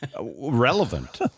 Relevant